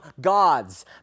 gods